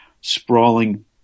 sprawling